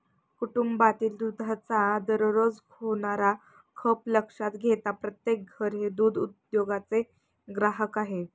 कुटुंबातील दुधाचा दररोज होणारा खप लक्षात घेता प्रत्येक घर हे दूध उद्योगाचे ग्राहक आहे